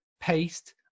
paste